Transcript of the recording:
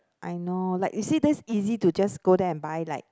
I know like you see that's easy to just go there and buy like